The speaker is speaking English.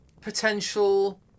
potential